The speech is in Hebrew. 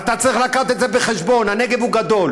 ואתה צריך להביא את זה בחשבון, הנגב גדול.